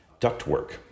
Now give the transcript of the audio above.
ductwork